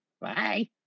Bye